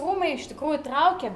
rūmai iš tikrųjų traukė